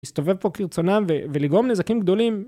‫להסתובב פה כרצונם ‫ולגרום נזקים גדולים.